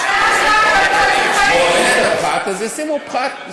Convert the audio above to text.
אם אין פחת אז ישימו פחת.